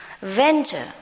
venture